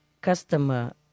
customer